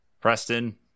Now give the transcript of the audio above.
Preston